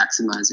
maximizing